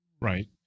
Right